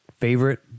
Favorite